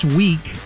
week